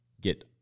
get